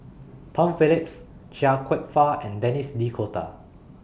Tom Phillips Chia Kwek Fah and Denis D'Cotta